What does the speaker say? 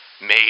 made